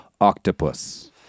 octopus